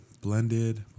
blended